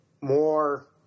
more